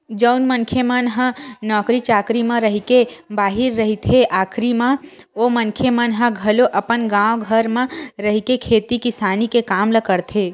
जउन मनखे मन ह नौकरी चाकरी म रहिके बाहिर रहिथे आखरी म ओ मनखे मन ह घलो अपन गाँव घर म रहिके खेती किसानी के काम ल करथे